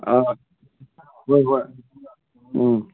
ꯑꯥ ꯍꯣꯏ ꯍꯣꯏ ꯎꯃ